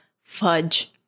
fudge